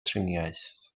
triniaeth